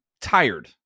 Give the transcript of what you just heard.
tired